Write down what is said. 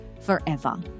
forever